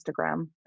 Instagram